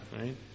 right